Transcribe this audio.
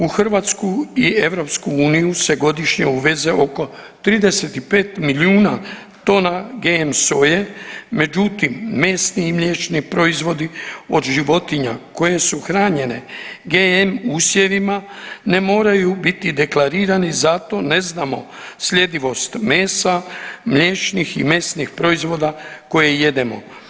U Hrvatsku i EU se godišnje uveze oko 35 milijuna tona GM soje, međutim, mesni i mliječni proizvodi od životinja koje su hranjene GM usjevima ne moraju biti deklarirane i zato ne znamo sljedivost mesa, mliječnih i mesnih proizvoda koje jedemo.